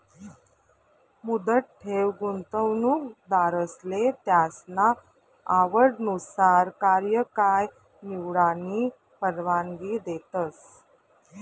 मुदत ठेव गुंतवणूकदारसले त्यासना आवडनुसार कार्यकाय निवडानी परवानगी देतस